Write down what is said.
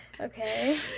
Okay